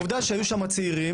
העובדה שהיו שם צעירים,